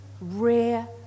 rare